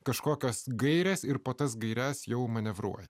kažkokios gairės ir po tas gaires jau manevruoti